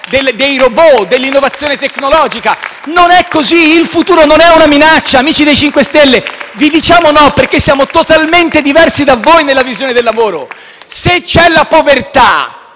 dei *robot* e dell'innovazione tecnologica. Non è così. Il futuro non è una minaccia. *(Applausi dal Gruppo PD)*. Amici dei cinque stelle, vi diciamo no perché siamo totalmente diversi da voi nella visione del lavoro. Se c'è la povertà,